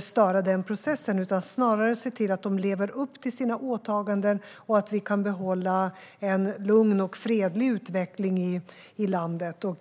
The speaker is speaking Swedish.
störa den processen. Vi ska snarare se till att man lever upp till sina åtaganden och att vi kan behålla en lugn och fredlig utveckling i landet.